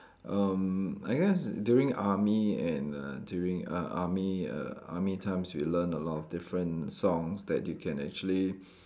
um I guess during army and uh during uh army err army times we learn a lot of different songs that you can actually